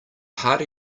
harder